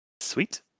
Sweet